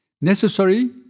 necessary